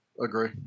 agree